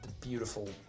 beautiful